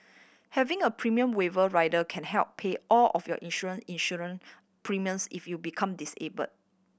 having a premium waiver rider can help pay all of your insurance insurance premiums if you become disabled